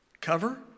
Cover